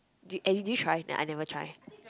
did and did you try I never try